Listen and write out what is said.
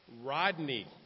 Rodney